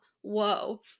whoa